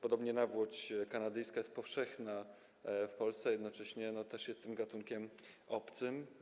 Podobnie nawłoć kanadyjska jest powszechna w Polsce, a jednocześnie też jest gatunkiem obcym.